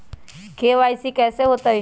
KYC कैसे होतई?